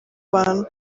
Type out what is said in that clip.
bantu